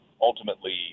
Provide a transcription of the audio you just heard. ultimately